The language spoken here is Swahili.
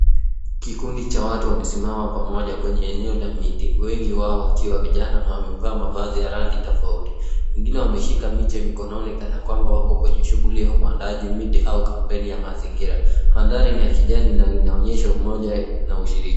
Kikundi cha watu wamesimama pamoja kwenye eneo la miti. Wengi wao wakiwa vijana na wamevaa mavazi ya rangi tofauti. Wengine wameshika miche mikononi kana kwamba wako kwenye shughuli ya upandaji miti au kampeni ya mazingira. Mandhari ni kijani na inaonyesha umoja na ushirikiano.